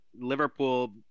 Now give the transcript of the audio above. Liverpool